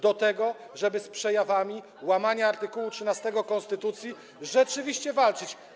do tego, żeby z przejawami łamania art. 13 konstytucji rzeczywiście walczyć.